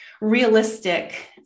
realistic